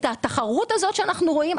את התחרות הזאת שאנחנו רואים,